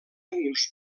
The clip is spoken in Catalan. uns